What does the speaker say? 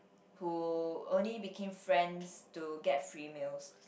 who only became friends to get free meals